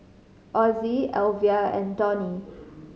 Ozzie Alvia and Donny